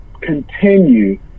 continue